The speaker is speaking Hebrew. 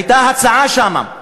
הייתה הצעה שם.